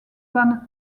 van